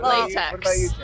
Latex